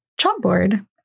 chalkboard